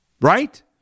right